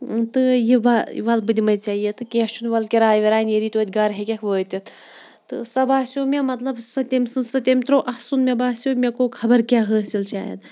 تہٕ یہِ وَلہٕ بہٕ دِمَے ژےٚ یہِ تہٕ کینٛہہ چھُنہٕ وَلہٕ کِراے وِراے نیری تویتہِ گَرٕ ہیٚکَکھ وٲتِتھ تہٕ سۄ باسیو مےٚ مطلب سُہ تٔمۍ سٕنٛز سُہ تٔمۍ ترٛوو اَسُن مےٚ باسیو مےٚ گوٚو خبر کیٛاہ حٲصِل شاید